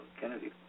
Kennedy